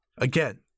Again